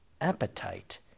appetite